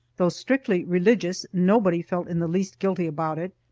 though strictly religious, nobody felt in the least guilty about it,